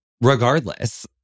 regardless